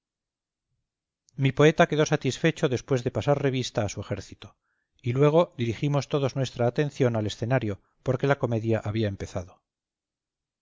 mi poeta quedó satisfecho después de pasar revista a su ejército y luego dirigimos todos nuestra atención al escenario porque la comedia había empezado